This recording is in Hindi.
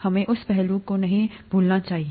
हमें उस पहलू को नहीं भूलना चाहिए